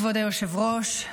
כבוד היושב-ראש,